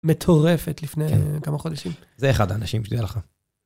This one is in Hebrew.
מטורפת לפני כמה חודשים, זה אחד האנשים, שתדע לך.